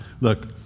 Look